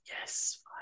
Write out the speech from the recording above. Yes